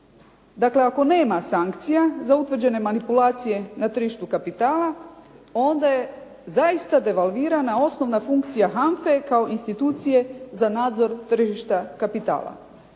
Dakle, ako nema sankcija za utvrđene manipulacije na tržištu kapitala, onda je zaista devalvirana osnovna funkcija HANFA-e kao institucije na nadzor tržišta kapitala.